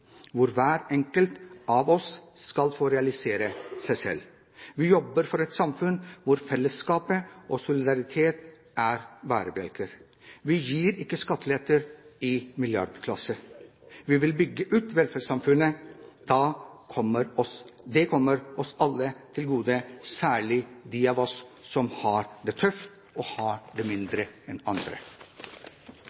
hvor hver enkelt av oss skal få realisert seg selv. Vi jobber for et samfunn hvor fellesskapet og solidaritet er bærebjelker. Vi gir ikke skatteletter i milliardklassen. Vi vil bygge ut velferdssamfunnet. Det kommer oss alle til gode – særlig de av oss som har det tøft, og som har mindre enn andre. Det